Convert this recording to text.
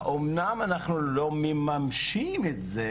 אמנם אנחנו לא ממשים את זה